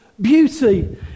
beauty